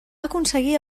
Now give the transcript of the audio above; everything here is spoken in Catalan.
aconseguir